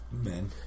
men